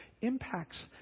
impacts